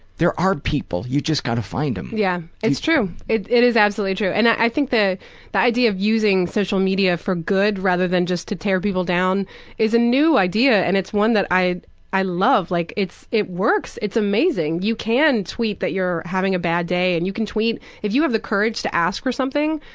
there are people, you just gotta find them. yeah. it's true. it it is absolutely true. and i think the the idea of using social media for good, rather than just to tear people down is a new idea and it's one that i i love. like it works, it's amazing. you can tweet that you're having a bad day. and you can tweet if you have the courage to ask for something,